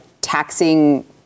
taxing